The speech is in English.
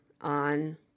on